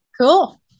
Cool